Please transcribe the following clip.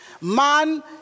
Man